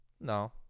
No